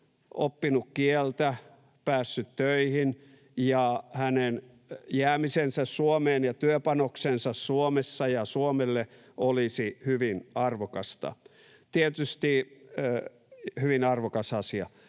oppinut kieltä, päässyt töihin ja hänen jäämisensä Suomeen ja työpanoksensa Suomessa ja Suomelle olisi hyvin arvokasta, hyvin arvokas asia.